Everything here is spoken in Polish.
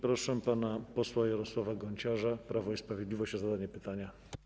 Proszę pana posła Jarosława Gonciarza, Prawo i Sprawiedliwość, o zadanie pytania.